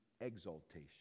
exaltation